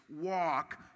walk